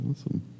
Awesome